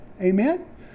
amen